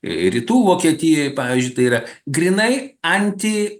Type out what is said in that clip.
rytų vokietijoj pavyzdžiui tai yra grynai anti